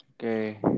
Okay